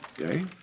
okay